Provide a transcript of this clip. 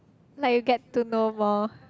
like you get to know more